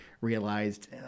realized